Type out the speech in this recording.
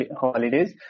holidays